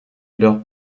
leurs